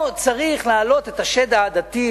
לא צריך להעלות את השד העדתי,